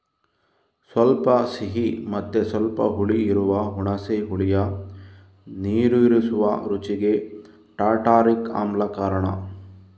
ಸ್ವಲ್ಪ ಸಿಹಿ ಮತ್ತೆ ಸ್ವಲ್ಪ ಹುಳಿ ಇರುವ ಹುಣಸೆ ಹುಳಿಯ ನೀರೂರಿಸುವ ರುಚಿಗೆ ಟಾರ್ಟಾರಿಕ್ ಆಮ್ಲ ಕಾರಣ